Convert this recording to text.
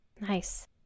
nice